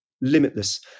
limitless